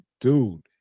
dude